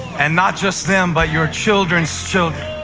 and not just them but your children's children,